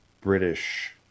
British